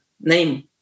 name